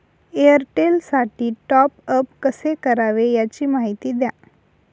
एअरटेलसाठी टॉपअप कसे करावे? याची माहिती द्या